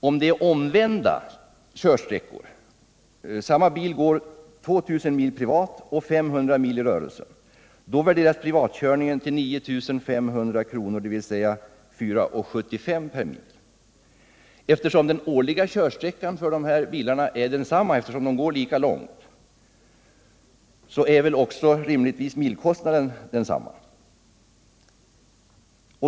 Om det är omvända körsträckor, så att samma bil går 2000 mil privat och 500 mit i rörelsen, värderas privatkörningen till 9 500 kr., dvs. till 4:75 per mil. Då den årliga körsträckan är densamma, eftersom bilarna gått lika långt, är väl också rimligtvis milkostnaden densamma.